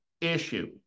issue